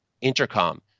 Intercom